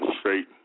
straight